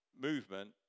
movement